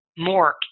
Mork